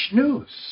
news